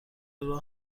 راه